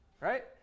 right